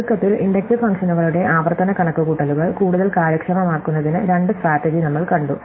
ചുരുക്കത്തിൽ ഇൻഡക്റ്റീവ് ഫംഗ്ഷനുകളുടെ ആവർത്തന കണക്കുകൂട്ടലുകൾ കൂടുതൽ കാര്യക്ഷമമാക്കുന്നതിന് രണ്ട് സ്ട്രാറ്റെജി നമ്മൾ കണ്ടു